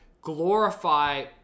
glorify